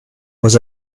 was